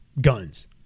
Guns